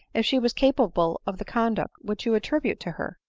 if she was capable of the conduct which you attribute to her!